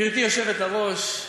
גברתי היושבת-ראש,